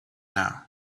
now